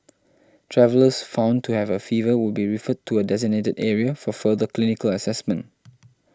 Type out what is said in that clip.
travellers found to have a fever will be referred to a designated area for further clinical assessment